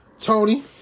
Tony